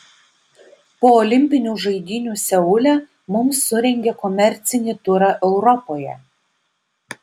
po olimpinių žaidynių seule mums surengė komercinį turą europoje